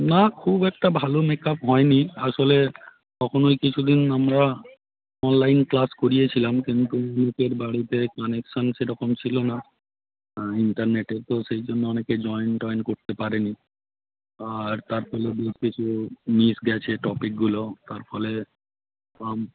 না খুব একটা ভালো মেকআপ হয় নি আসলে তখন ওই কিছু দিন আমরা অনলাইন ক্লাস করিয়েছিলাম কিন্তু লোকের বাড়িতে কানেকশন সেরকম ছিলো না ইন্টারনেটের তো সেই জন্য অনেকে জয়েন টয়েন করতে পারে নি আর তার দৌলতে বেশ কিছু মিস গেছে টপিকগুলো তার ফলে কম